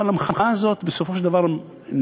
אבל המחאה הזאת בסופו של דבר נמוגה.